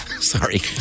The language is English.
Sorry